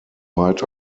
weit